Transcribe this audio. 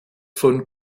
von